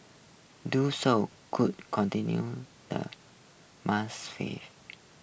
do so could continue the Muslim faith